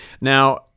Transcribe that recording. Now